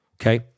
Okay